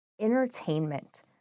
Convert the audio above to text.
entertainment